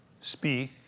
speak